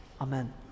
Amen